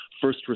first